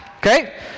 Okay